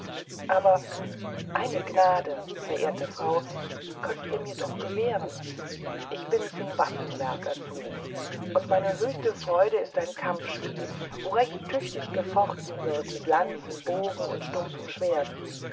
aber eine gnade verehrte frau könnet ihr mir doch gewähren ich bin zum waffenwerk erzogen und meine höchste freude ist ein kampfspiel wo recht tüchtig gefochten wird mit lanze bogen und stumpfem schwert